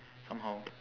somehow